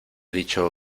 dicho